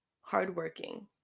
hardworking